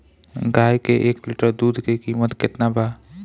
गाय के एक लीटर दूध के कीमत केतना बा?